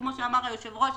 כמו שאמר היושב-ראש,